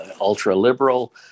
ultra-liberal